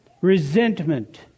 resentment